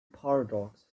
paradox